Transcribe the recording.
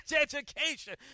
education